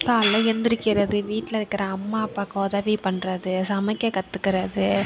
காலைல எந்திரிக்கிறது வீட்டில இருக்கிற அம்மா அப்பாவுக்கு உதவி பண்ணுறது சமைக்க கற்றுக்கிறது